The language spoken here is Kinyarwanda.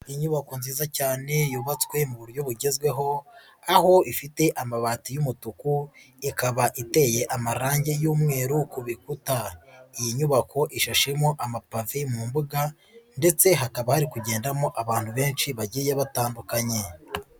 Inyubako nziza cyane yubatswe mu buryo bugezweho, aho ifite amabati y'umutuku ikaba iteye amarangi y'umweru ku bikuta, iyi nyubako ishashemo amapave mu mbuga ndetse hakaba hari kugendamo abantu benshi bagiye batandukanye.